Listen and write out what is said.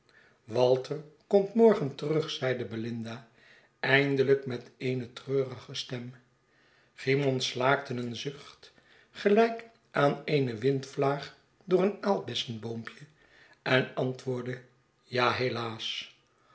walter komt morgen terug zeide belinda eindel'yk met eene treurige stem cymon slaakte een zucht gelijk aan eene windvlaag door een aalbessenboompje en antwoordde ja helaas